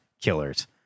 Killers